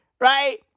right